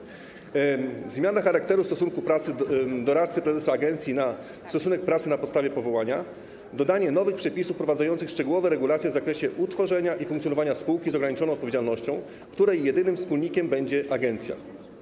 Kolejne rozwiązania: zmiana charakteru stosunku pracy doradcy prezesa agencji na stosunek pracy na podstawie powołania, dodanie nowych przepisów wprowadzających szczegółowe regulacje w zakresie utworzenia i funkcjonowania spółki z ograniczoną odpowiedzialnością, której jedynym wspólnikiem będzie agencja.